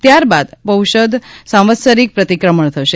ત્યારબાદ પૌષધ સાંવસ્તરિક પ્રતિક્રમણ થશે